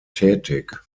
tätig